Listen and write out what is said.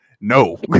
No